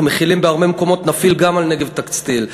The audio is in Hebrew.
מחילים בהרבה מקומות נפעיל גם על "נגב טקסטיל".